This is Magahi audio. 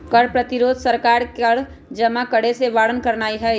कर प्रतिरोध सरकार के कर जमा करेसे बारन करनाइ हइ